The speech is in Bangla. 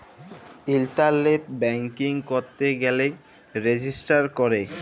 ইলটারলেট ব্যাংকিং ক্যইরতে গ্যালে রেজিস্টার ক্যরে